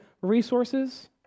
resources